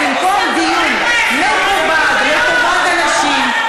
במקום דיון מכובד לטובת הנשים,